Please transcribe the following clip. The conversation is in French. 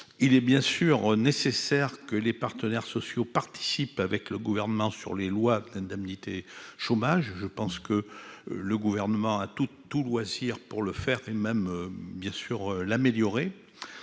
il est bien sûr nécessaire que les partenaires sociaux participent avec le gouvernement sur les lois l'indemnité chômage, je pense que le gouvernement a tout tout loisir pour le faire et même bien sûr l'améliorer